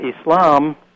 Islam